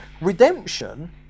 redemption